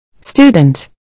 Student